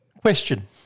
Question